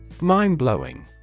Mind-blowing